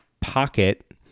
pocket